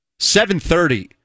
7.30